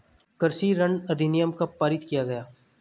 कृषि ऋण अधिनियम कब पारित किया गया?